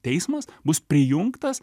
teismas bus prijungtas